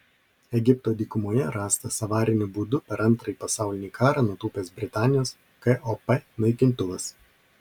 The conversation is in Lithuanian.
egipto dykumoje rastas avariniu būdu per antrąjį pasaulinį karą nutūpęs britanijos kop naikintuvas